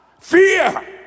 fear